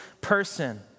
person